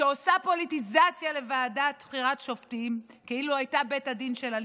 שעושה פוליטיזציה לוועדה לבחירת שופטים כאילו הייתה בית הדין של הליכוד,